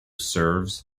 serves